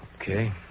Okay